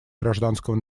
гражданского